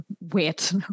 wait